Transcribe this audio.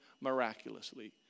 miraculously